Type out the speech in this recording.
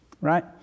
right